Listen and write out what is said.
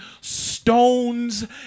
stones